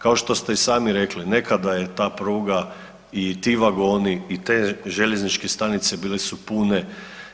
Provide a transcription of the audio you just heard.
Kao što ste i sami rekli nekada je ta pruga i ti vagoni i te željezničke stanice bile su pune